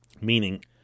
meaning